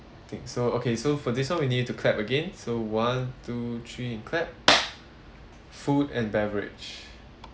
thing so okay so for this one we need to clap again so one two three and clap food and beverage